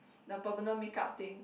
the permanent makeup thing